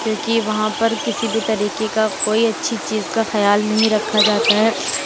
کیونکہ وہاں پر کسی بھی طریقے کا کوئی اچھی چیز کا خیال نہیں رکھا جاتا ہے